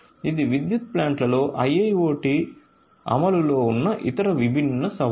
ఇవి విద్యుత్ ప్లాంట్లలో IIoT అమలులో ఉన్న ఇతర విభిన్న సవాళ్లు